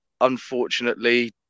unfortunately